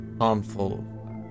harmful